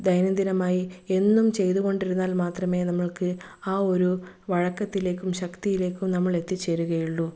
ദൈനംദിനമായി എന്നും ചെയ്തുകൊണ്ടിരുന്നാൽ മാത്രമേ നമ്മൾക്ക് ആ ഒരു വഴക്കത്തിലേയ്ക്കും ശക്തിയിലേയ്ക്കും നമ്മൾ എത്തിച്ചേരുകയുള്ളു